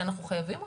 שאנחנו חייבים אותם.